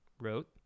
wrote